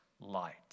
light